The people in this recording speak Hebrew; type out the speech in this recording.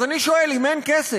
אז אני שואל, אם אין כסף,